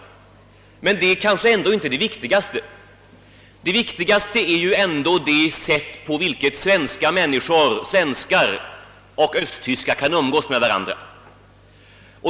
Men det är kanske ändå inte det viktigaste. Det viktigaste är det sätt, på vilket svenskar och östtyskar kan umgås med varandra.